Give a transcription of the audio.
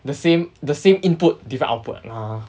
the same the same input different output lah